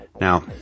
Now